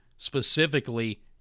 specifically